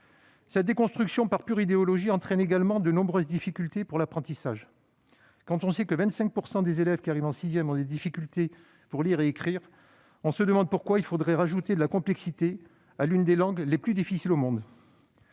Cette déconstruction par pure idéologie entraîne également de nombreuses difficultés pour l'apprentissage. Quand on sait que 25 % des élèves qui arrivent en sixième ont des difficultés pour lire et écrire, on se demande pourquoi il faudrait ajouter de la complexité à l'une des langues les plus difficiles au monde.